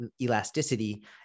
elasticity